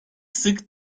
sık